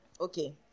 Okay